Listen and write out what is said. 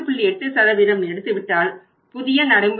8 எடுத்துவிட்டால் புதிய நிகர நடைமுறை முதல் 22